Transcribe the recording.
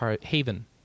haven